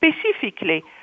specifically